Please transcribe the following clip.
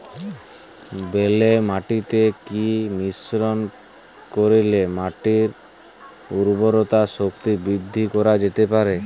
বেলে মাটিতে কি মিশ্রণ করিলে মাটির উর্বরতা শক্তি বৃদ্ধি করা যেতে পারে?